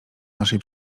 naszej